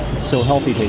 so healthy